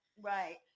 Right